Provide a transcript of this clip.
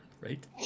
Right